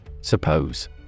Suppose